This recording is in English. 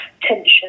tension